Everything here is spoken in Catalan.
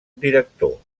director